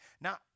Now